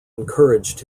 encouraged